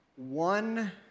One